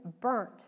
burnt